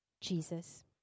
Jesus